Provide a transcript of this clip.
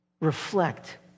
reflect